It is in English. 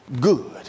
good